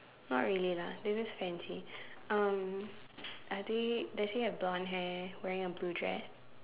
not really lah they're just fancy um are they does she have blond hair wearing a blue dress